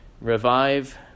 revive